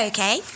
Okay